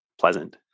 pleasant